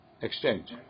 Exchange